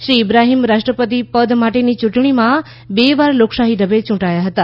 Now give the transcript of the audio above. શ્રી ઇબ્રાહીમ રાષ્ટ્રપતિપદ માટેની ચુંટણીમાં બે વાર લોકશાહી ઢબે યુંટાયા હતા